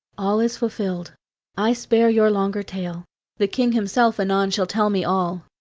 all is fulfilled i spare your longer tale the king himself anon shall tell me all.